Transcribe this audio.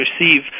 receive